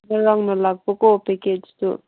ꯉꯔꯥꯡꯅ ꯂꯥꯛꯄꯀꯣ ꯄꯦꯀꯦꯖꯇꯨ